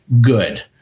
good